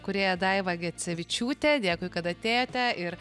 kūrėja daiva gecevičiūtė dėkui kad atėjote ir